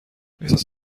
احساس